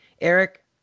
eric